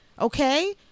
okay